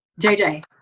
JJ